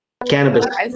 Cannabis